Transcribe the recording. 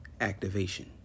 Activation